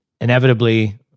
inevitably